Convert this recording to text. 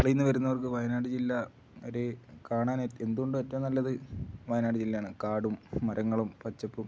വരുന്നവർക്കു വയനാട് ജില്ല ഒരു കാണാനെന്തുകൊണ്ടും ഏറ്റവും നല്ലത് വയനാട് ജില്ലയാണ് കാടും മരങ്ങളും പച്ചപ്പും